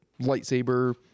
lightsaber